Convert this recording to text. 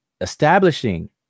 establishing